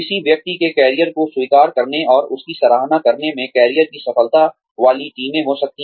किसी व्यक्ति के करियर को स्वीकार करने और उसकी सराहना करने में करियर की सफलता वाली टीमें हो सकती हैं